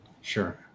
sure